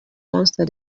monster